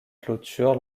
clôture